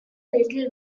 little